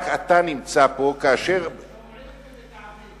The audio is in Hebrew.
רק אתה נמצא פה כאשר, שומעים ומתעבים.